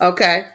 Okay